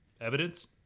evidence